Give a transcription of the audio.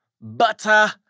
butter